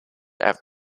avenue